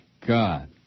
God